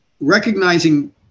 recognizing